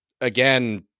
again